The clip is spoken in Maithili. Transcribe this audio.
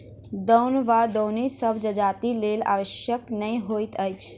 दौन वा दौनी सभ जजातिक लेल आवश्यक नै होइत अछि